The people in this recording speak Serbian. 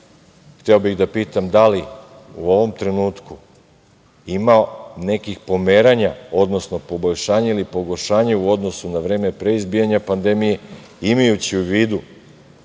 hteo bih da pitam da li u ovom trenutku ima nekih pomeranja, odnosno poboljšanja ili pogoršanja u odnosu na vreme pre izbijanja pandemije, imajući u vidu